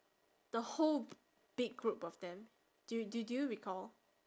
the whole b~ big group of them do do do you recall